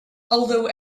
although